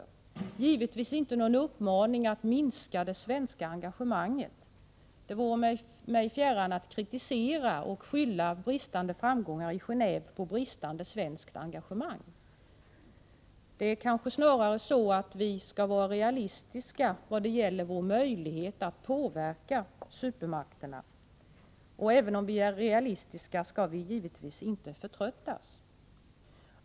Det är givetvis inte någon uppmaning att minska det svenska engagemanget. Det vore mig fjärran att kritisera och skylla bristande framgångar i Gen&ve på bristande svenskt engagemang. Det är kanske snarare så att vi skall vara realistiska vad gäller vår möjlighet att påverka supermakterna. Även om vi är realistiska skall vi givetvis inte förtröttas.